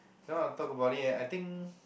don't want to talk about it eh I think